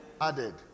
added